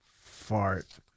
fart